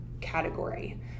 category